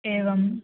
एवं